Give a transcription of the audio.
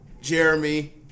Jeremy